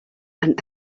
and